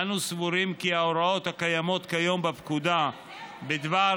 אנו סבורים כי ההוראות הקיימות כיום בפקודה בדבר